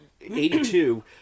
82